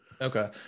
Okay